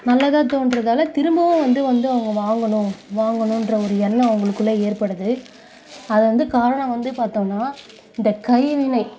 நல்லதாக தோன்றதால் திரும்பவும் வந்து வந்து அவங்க வாங்கணும் வாங்கணுன்ற ஒரு எண்ணம் அவங்களுக்குள்ள ஏற்படுது அது வந்து காரணம் வந்து பார்த்தோனா இந்த கைவினை